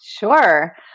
Sure